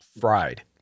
fried